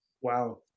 Wow